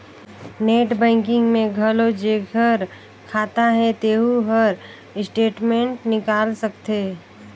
net banking में घलो जेखर खाता हे तेहू हर स्टेटमेंट निकाल सकथे